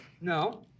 No